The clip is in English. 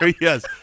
yes